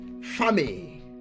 family